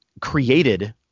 created